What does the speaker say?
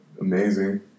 amazing